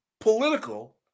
political